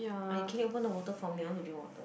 I can you open the water for me I want to drink water